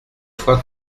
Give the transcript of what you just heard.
fois